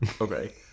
okay